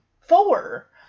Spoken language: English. four